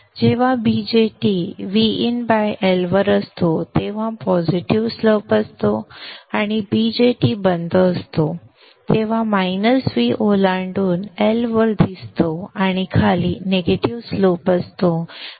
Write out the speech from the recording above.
जेव्हा BJT VinL वर असतो तेव्हा पॉझिटिव्ह स्लोप असतो आणि BJT बंद असतो तेव्हा V ओलांडून L वर दिसतो आणि खाली निगेटिव्ह स्लोप असतो VoL